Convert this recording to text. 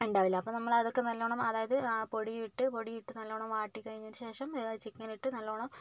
ഉണ്ടാകില്ല നമ്മൾ അതൊക്കെ നല്ലവണ്ണം അതായത് പൊടിയിട്ട് പൊടിയിട്ട് നല്ലവണ്ണം വാട്ടി കഴിഞ്ഞതിന് ശേഷം ചിക്കൻ ഇട്ട് നല്ലവണ്ണം